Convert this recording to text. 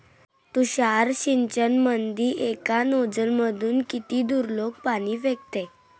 तुषार सिंचनमंदी एका नोजल मधून किती दुरलोक पाणी फेकते?